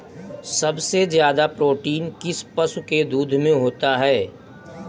सबसे ज्यादा प्रोटीन किस पशु के दूध में होता है?